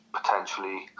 potentially